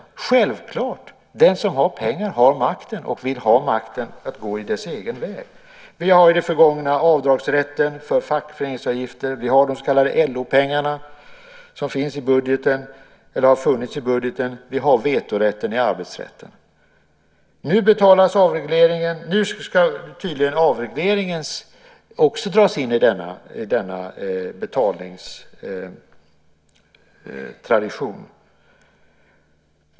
Det är självklart - den som har pengar har makten och vill att makten ska gå dess egen väg. Vi har i det förgångna avdragsrätten för fackföreningsavgifter, vi har de så kallade LO-pengarna, som har funnits i budgeten, och vi har vetorätten i arbetsrätten. Tydligen ska nu också avregleringen dras in i denna betalningstradition.